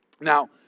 Now